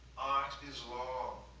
art is long,